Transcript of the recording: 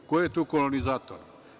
Ko je tu kolonizator?